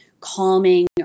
calming